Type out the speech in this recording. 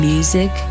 Music